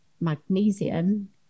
magnesium